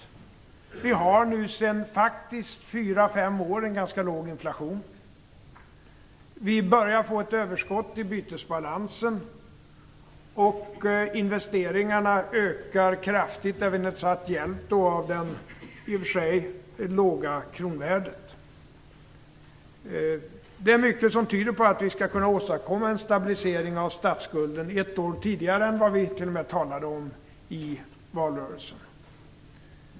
Sedan fyra fem år tillbaka har vi faktiskt en ganska låg inflation. Vi börjar att få ett överskott i bytesbalansen. Investeringarna ökar kraftigt med hjälp av det i och för sig låga kronvärdet. Det är mycket som tyder på att vi skall kunna åstadkomma en stabilisering av statsskulden t.o.m. ett år tidigare än vad vi talade om i valrörelsen.